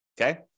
Okay